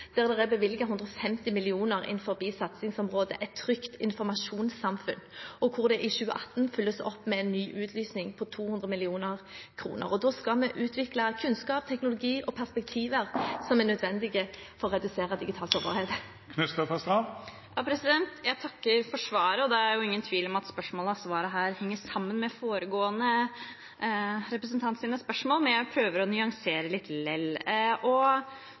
der det er bevilget 150 mill. kr innenfor satsingsområdet Et trygt informasjonssamfunn, og der det i 2018 følges opp med en ny utlysning på 200 mill. kr. Målet er å utvikle kunnskap, teknologi og perspektiver som er nødvendige for å redusere digitale sårbarheter. Jeg takker for svaret. Det er ingen tvil om at spørsmålet og svaret her henger sammen med foregående representants spørsmål, men jeg prøver å nyansere litt